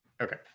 okay